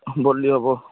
বদলি হ'ব